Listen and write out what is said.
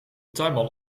tuinman